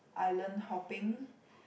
island hopping